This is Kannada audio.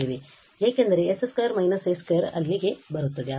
ಏಕೆಂದರೆ s 2 − a 2 ಅಲ್ಲಿಗೆ ಬರುತ್ತದೆ